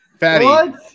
Fatty